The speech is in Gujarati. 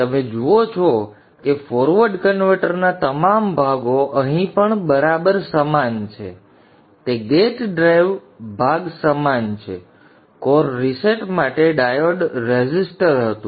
તેથી તમે જુઓ છો કે ફોરવર્ડ કન્વર્ટરના તમામ ભાગો અહીં પણ બરાબર સમાન છે તે ગેટ ડ્રાઇવ ભાગ સમાન છે કોર રિસેટ માટે ડાયોડ રેઝિસ્ટર હતું